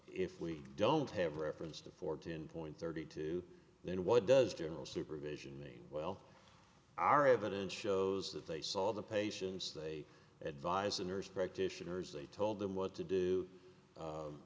if we don't have reference to fourteen point thirty two then what does general supervision mean well our evidence shows that they saw the patients they advised the nurse practitioners they told them what to do